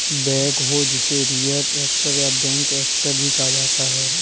backhoe जिसे rear actor या back actor भी कहा जाता है